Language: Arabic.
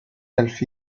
ألف